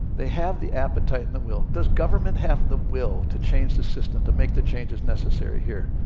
they have the appetite and the will. does government have the will to change the system to make the changes necessary here?